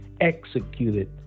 executed